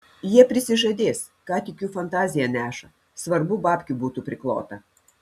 jie prisižadės ką tik jų fantazija neša svarbu babkių būtų priklota